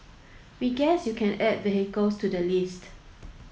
we guess you can add vehicles to the list